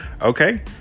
Okay